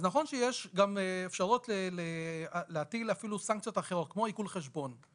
אז נכון שיש גם אפשרות להטיל אפילו סנקציות אחרות כמו עיקול חשבון.